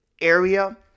area